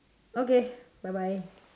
okay bye bye